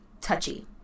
touchy